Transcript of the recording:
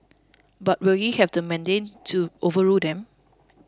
but will he have the mandate to overrule them